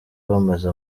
bamaze